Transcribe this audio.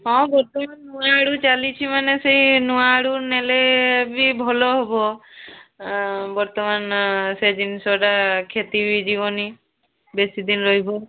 ହଁ ଏବେ ନୂଆ ଆଳୁ ଚାଲିଛି ମାନେ ସେଇ ନୂଆ ଆଳୁ ନେଲେବି ଭଲ ହେବ ବର୍ତ୍ତମାନ ସେ ଜିନଷଟା କ୍ଷତି ବି ଯିବନି ବେଶୀଦିନ ରହିବ